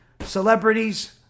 celebrities